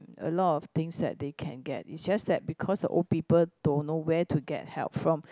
a lot of things that they can get it's just that because the old people don't know where to get help from